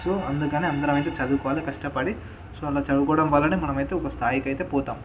so అందుకని అందరం అయితే చదువుకోవాలి కష్టపడి సో అలా చదువుకోవడం వలనే మనమైతే ఒక స్థాయికైతే పోతాం